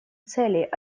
целей